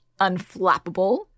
unflappable